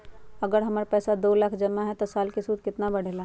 अगर हमर पैसा दो लाख जमा है त साल के सूद केतना बढेला?